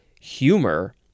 humor